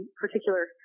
particular